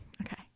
okay